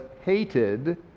hated